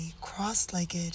cross-legged